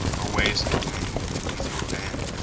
or waves in the wind with an easier bend,